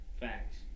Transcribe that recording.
Facts